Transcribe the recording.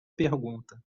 pergunta